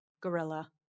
gorilla